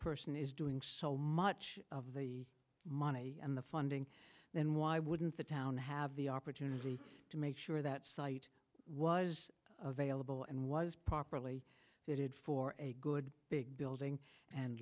person is doing so much of the money and the funding then why wouldn't the town have the opportunity to make sure that site was available and was properly fitted for a good big building and